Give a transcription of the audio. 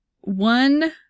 One